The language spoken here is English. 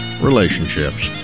relationships